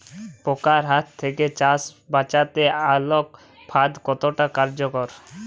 পোকার হাত থেকে চাষ বাচাতে আলোক ফাঁদ কতটা কার্যকর?